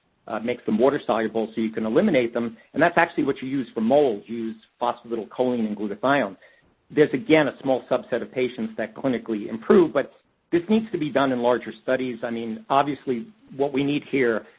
makes them water soluble, so you can eliminate them. and that's actually what you use for mold, you use phosphatidylcholine and glutathione. there's again, a small subset of patients that clinically improved, but this needs to be done in larger studies. i mean, obviously what we need here,